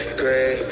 gray